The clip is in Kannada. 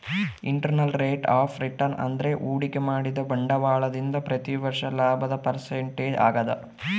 ಇಂಟರ್ನಲ್ ರೇಟ್ ಆಫ್ ರಿಟರ್ನ್ ಅಂದ್ರೆ ಹೂಡಿಕೆ ಮಾಡಿದ ಬಂಡವಾಳದಿಂದ ಪ್ರತಿ ವರ್ಷ ಲಾಭದ ಪರ್ಸೆಂಟೇಜ್ ಆಗದ